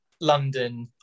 london